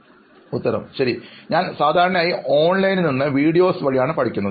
അഭിമുഖം സ്വീകരിക്കുന്നയാൾ ശരി ഞാൻ സാധാരണയായി ഓൺലൈനിൽ നിന്ന് വീഡിയോസ് വഴിയാണ് പഠിക്കാറുള്ളത്